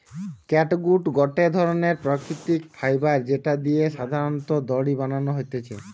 catgut গটে ধরণের প্রাকৃতিক ফাইবার যেটা দিয়ে সাধারণত দড়ি বানানো হতিছে